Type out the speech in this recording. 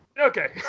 Okay